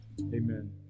Amen